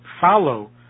follow